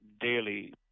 daily